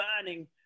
burning